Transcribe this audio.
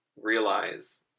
realize